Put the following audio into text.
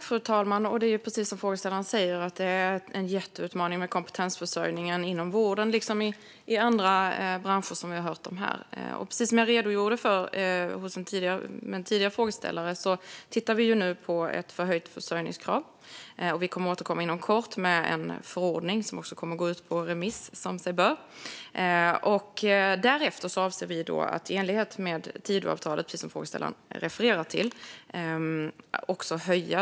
Fru talman! Precis som frågeställaren säger är kompetensförsörjningen en jätteutmaning inom vården, liksom i andra branscher som vi har hört om här i dag. Och som jag redogjorde för i ett tidigare svar tittar vi nu på ett förhöjt försörjningskrav. Vi kommer att återkomma inom kort med ett förslag till förordning som kommer att gå ut på remiss, som sig bör. Därefter avser vi att höja lönekravet i enlighet med Tidöavtalet, som frågeställaren också refererar till.